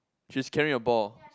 she's carrying a ball